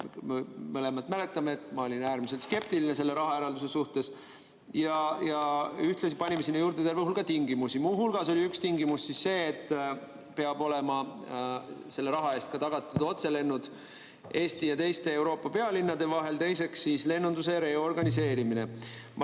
mõlemad mäletame, et ma olin äärmiselt skeptiline selle rahaeralduse suhtes, ja ühtlasi panime sinna juurde terve hulga tingimusi. Muu hulgas oli üks tingimus see, et peavad olema selle raha eest ka tagatud otselennud Eesti ja teiste Euroopa pealinnade vahel, ja teiseks, lennunduse reorganiseerimine.